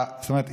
זאת אומרת,